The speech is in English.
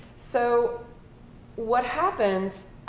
so what happens